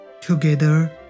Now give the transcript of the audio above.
Together